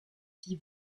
die